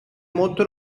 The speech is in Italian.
molto